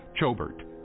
Chobert